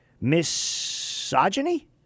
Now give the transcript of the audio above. Misogyny